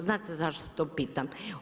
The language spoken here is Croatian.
Znate zašto to pitam?